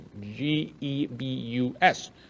G-E-B-U-S